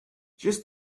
just